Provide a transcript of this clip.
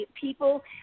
People